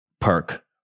Perk